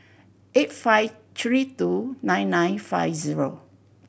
eight five three two nine nine five zero